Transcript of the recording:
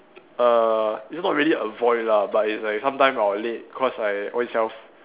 err it's not really avoid lah but it's like sometime I will late cause I own self